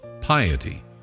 piety